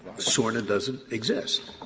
sorna doesn't exist,